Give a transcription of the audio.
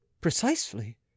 precisely